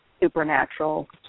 Supernatural